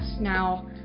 now